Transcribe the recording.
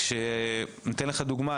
לדוגמה,